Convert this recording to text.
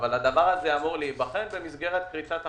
אבל זה אמור להיבחן במסגרת כריתת החוזה.